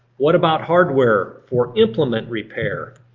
what about hardware for implement repair?